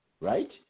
right